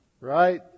Right